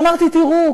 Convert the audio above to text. אמרתי: תראו,